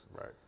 right